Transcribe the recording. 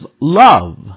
love